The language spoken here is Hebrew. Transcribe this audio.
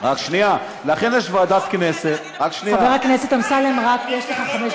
על זה אין ויכוח, חוק סדר הדין הפלילי, רק שנייה.